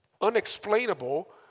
unexplainable